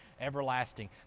everlasting